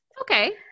Okay